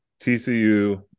TCU